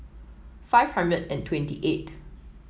five hundred and twenty eight